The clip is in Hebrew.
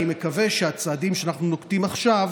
אני מקווה שהצעדים שאנחנו נוקטים עכשיו